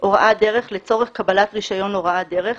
הוראת דרך לצורך קבלת רישיון הוראת דרך,